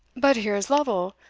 but here is lovel,